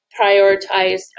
prioritized